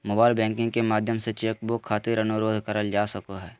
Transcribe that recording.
mobile banking के माध्यम से चेक बुक खातिर अनुरोध करल जा सको हय